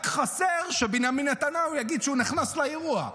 רק חסר שבנימין נתניהו יגיד, שהוא נכנס לאירוע.